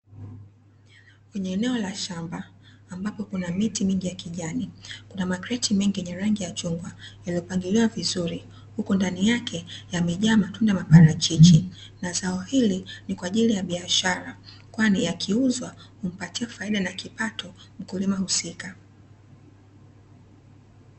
Kwenye eneo la shamba ambapo kuna miti mingi ya kijani na makreti mengi yenye rangi ya chungwa, yaliyopangiliwa vizuri huku ndani yake yamejaa matunda ya parachichi na zao hili ni kwa ajili ya biashara kwani yakiuzwa humpatia faida na kipato mkulima husika.